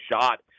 shot